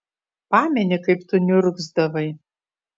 pameni kaip tu niurgzdavai